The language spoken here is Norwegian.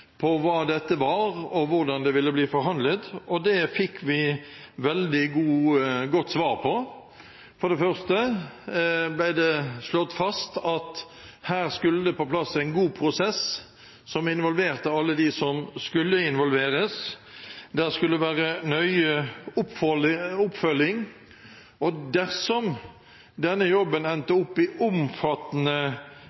hva dette var, og hvordan det ville bli forhandlet. Det fikk vi veldig godt svar på. For det første ble det slått fast at det skulle på plass en god prosess som involverte alle dem som skulle involveres. Det skulle være nøye oppfølging, og dersom denne jobben endte